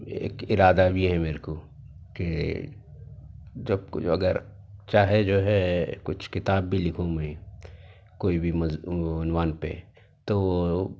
ایک ارادہ بھی ہے میرے کو کہ جب کچھ اگر چاہے جو ہے کچھ کتاب بھی لکھوں میں کوئی بھی مضمون عنوان پہ تو